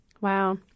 Wow